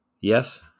Yes